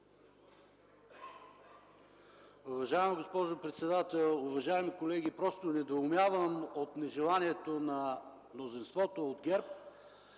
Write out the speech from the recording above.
Уважаема госпожо председател, уважаеми колеги! Просто недоумявам от нежеланието на мнозинството от ГЕРБ